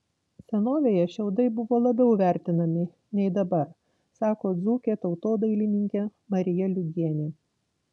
senovėje šiaudai buvo labiau vertinami nei dabar sako dzūkė tautodailininkė marija liugienė